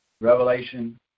Revelation